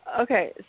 Okay